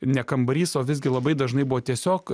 ne kambarys o visgi labai dažnai buvo tiesiog